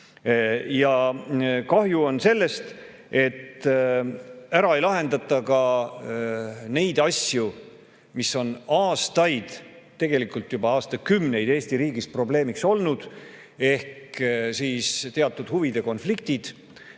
Kahju on sellest, et ära ei lahendata ka neid asju, mis on aastaid, tegelikult juba aastakümneid Eesti riigis probleemiks olnud. Ehk siis teatud huvide konfliktid